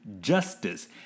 justice